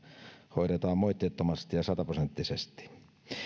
hoidetaan moitteettomasti ja sataprosenttisesti